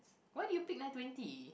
why did you pick nine twenty